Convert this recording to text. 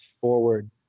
forward